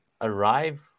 arrive